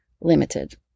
limited